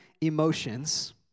emotions